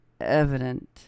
evident